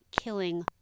killing